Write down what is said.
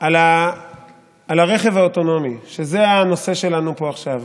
על הרכב האוטונומי, שזה הנושא שלנו פה עכשיו.